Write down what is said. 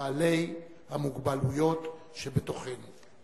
בעלי המוגבלויות שבתוכנו.